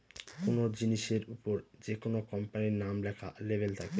কোনো জিনিসের ওপর যেকোনো কোম্পানির নাম লেখা লেবেল থাকে